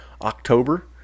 October